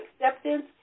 acceptance